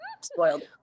Spoiled